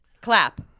Clap